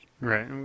Right